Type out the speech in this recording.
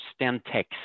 Stentex